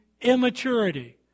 immaturity